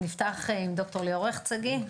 בבקשה, ד"ר ליאור הכט שגיא.